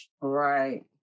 Right